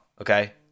Okay